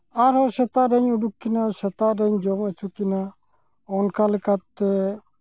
ᱟᱨᱦᱚᱸ ᱥᱮᱛᱟᱜ ᱨᱤᱧ ᱩᱰᱩᱠ ᱠᱤᱱᱟᱹᱧ ᱥᱮᱛᱟᱜ ᱨᱮᱧ ᱡᱚᱢ ᱚᱪᱚ ᱠᱤᱱᱟᱹ ᱚᱱᱠᱟᱞᱮᱠᱟᱛᱮ